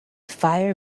fire